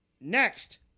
Next